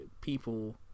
people